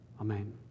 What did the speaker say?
Amen